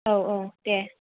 औ औ दे